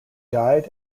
died